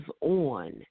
on